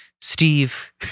Steve